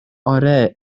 آره